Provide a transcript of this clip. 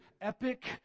epic